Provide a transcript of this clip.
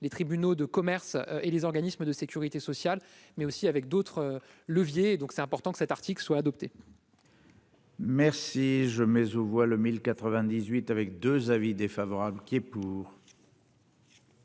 les tribunaux de commerce et les organismes de Sécurité sociale, mais aussi avec d'autres leviers, donc c'est important que cet article soit adoptée. Merci. Le mais où vois le 1098 avec 2 avis défavorable